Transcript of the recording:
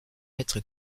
maître